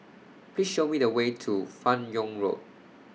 Please Show Me The Way to fan Yoong Road